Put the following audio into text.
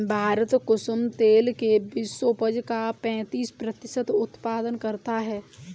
भारत कुसुम तेल के विश्व उपज का पैंतीस प्रतिशत उत्पादन करता है